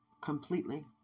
completely